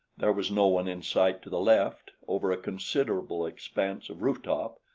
there was no one in sight to the left over a considerable expanse of roof-top,